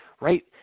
Right